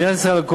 מדינת ישראל,